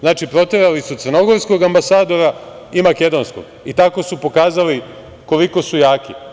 Znači, proterali su crnogorskog ambasadora i makedonskog i tako su pokazali koliko su jaki.